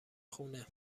خونه